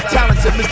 Talented